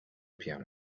piano